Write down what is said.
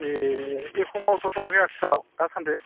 ए एख' मावथ'थाराखै आथिखालाव दासान्दि